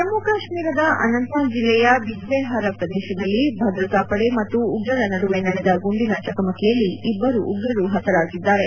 ಜಮ್ಮು ಕಾಶ್ಮೀರದ ಅನಂತ್ನಾಗ್ ಜಿಲ್ಲೆಯ ಬಿಜ್ಬೆಹಾರ ಪ್ರದೇಶದಲ್ಲಿ ಭದ್ರತಾ ಪಡೆ ಮತ್ತು ಉಗ್ರರ ನಡುವೆ ನಡೆದ ಗುಂಡಿನ ಚಕಮಕಿಯಲ್ಲಿ ಇಬ್ಬರು ಉಗ್ರರು ಹತರಾಗಿದ್ದಾರೆ